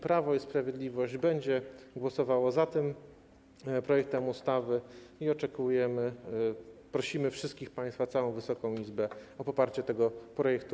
Prawo i Sprawiedliwość będzie głosowało za tym projektem ustawy i prosimy wszystkich państwa, całą Wysoką Izbę, o poparcie tego projektu.